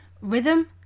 rhythm